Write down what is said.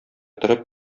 торып